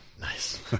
nice